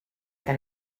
que